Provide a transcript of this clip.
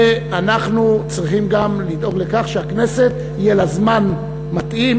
ואנחנו צריכים גם לדאוג לכך שלכנסת יהיה זמן מתאים